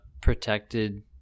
protected